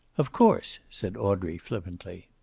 of course, said audrey, flippantly.